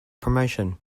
promotion